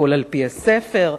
הכול על-פי הספר.